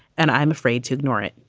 and i'm afraid to ignore it